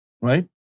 right